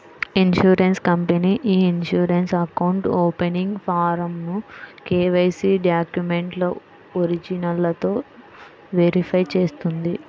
insurance company e insurance account opening ఫారమ్ను KYC డాక్యుమెంట్ల ఒరిజినల్లతో వెరిఫై చేస్తుంది